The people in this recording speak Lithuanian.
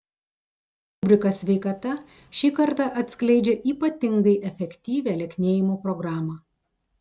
rubrika sveikata šį kartą atskleidžia ypatingai efektyvią lieknėjimo programą